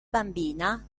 bambina